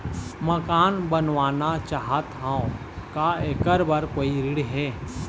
मकान बनवाना चाहत हाव, का ऐकर बर कोई ऋण हे?